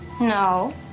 No